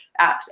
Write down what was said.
apps